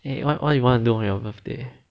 eh what what you want to do on your birthday